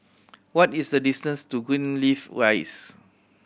what is the distance to Greenleaf Rise